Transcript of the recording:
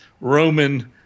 Roman